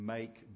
make